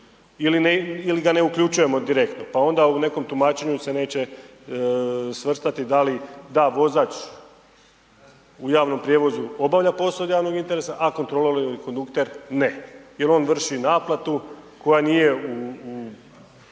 ili ga ne uključujemo direktno pa onda u nekom tumačenju se neće svrstati da li da vozač u javnom prijevozu obavlja posao od javnog interesa, a kontrolor ili kondukter ne jer on vrši naplatu koja nije u